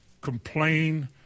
complain